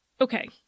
Okay